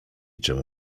czemu